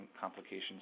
complications